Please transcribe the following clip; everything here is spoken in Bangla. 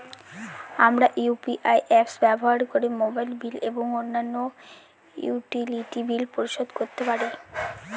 আমরা ইউ.পি.আই অ্যাপস ব্যবহার করে মোবাইল বিল এবং অন্যান্য ইউটিলিটি বিল পরিশোধ করতে পারি